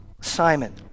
Simon